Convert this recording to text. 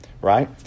right